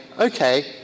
okay